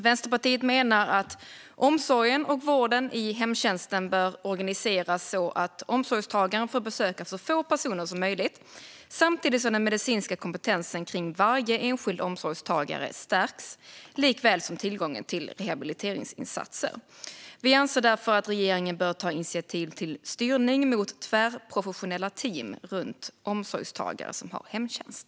Vänsterpartiet menar att omsorgen och vården i hemtjänsten bör organiseras så att omsorgstagaren får besök av så få personer som möjligt samtidigt som den medicinska kompetensen kring varje enskild omsorgstagare stärks, likaväl som tillgången till rehabiliteringsinsatser. Vi anser därför att regeringen bör ta initiativ till styrning mot tvärprofessionella team runt omsorgstagare som har hemtjänst.